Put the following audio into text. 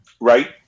right